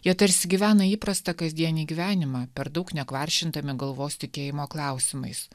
jie tarsi gyvena įprastą kasdienį gyvenimą per daug nekvaršindami galvos tikėjimo klausimais